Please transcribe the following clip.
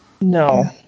No